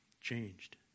changed